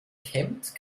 kämmt